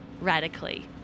radically